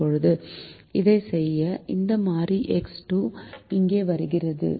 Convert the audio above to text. இப்போது அதைச் செய்ய இந்த மாறி எக்ஸ் 2 இங்கே வருகிறது